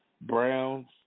Browns